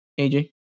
aj